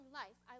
life